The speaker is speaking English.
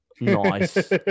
Nice